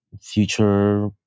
future